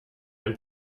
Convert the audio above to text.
ein